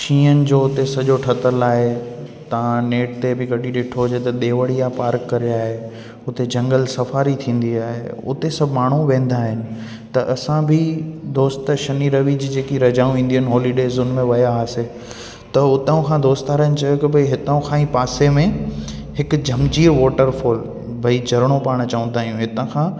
शीहनि जो उते सॼो ठहियलु आहे तव्हां नेट ते बि कॾहिं ॾिठो हुजे त देवरिया पार करे आहे उते झंगलि सफ़ारी थींदी आहे उते सभु माण्हू वेंदा आहिनि त असां बि दोस्त शनि रवि जी जेकी रजाऊं ईंदियूं आहिनि हॉलीडेज़ उन में विया हुआसीं त उतां खां दोस्तारनि चयो की हितां खां ई पासे में हिकु जमजीर वॉटर फॉल भाई झरिणो पाण चवंदा आहिनि हितां खां